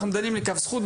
אנחנו דנים לכף זכות,